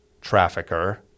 trafficker